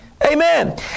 Amen